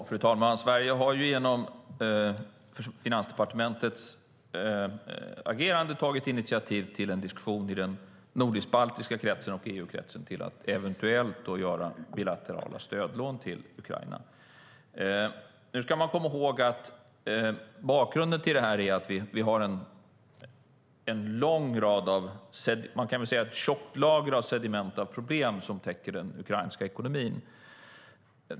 Fru talman! Sverige har genom Finansdepartementets agerande tagit initiativ till en diskussion i den nordisk-baltiska kretsen och i EU-kretsen till att eventuellt ge bilaterala stödlån till Ukraina. Man ska komma ihåg att bakgrunden till detta är att vi har ett tjockt lager av sedimenta problem som täcker den ukrainska ekonomin.